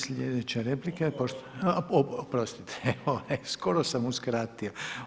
Sljedeća replika, oprostite, skoro sam uskratio.